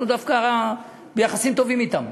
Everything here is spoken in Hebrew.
אנחנו דווקא ביחסים טובים אתם.